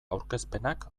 aurkezpenak